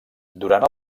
durant